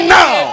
now